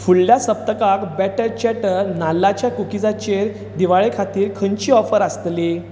फुडल्या सप्तकांत batter chatter नाल्लाच्या कुकीजां चेर दिवाळे खातीर खंयचीय ऑफर आसतली